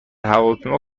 هواپیما